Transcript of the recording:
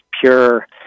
pure